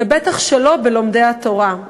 ובטח שלא בלומדי התורה.